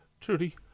Trudy